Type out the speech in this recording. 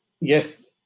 yes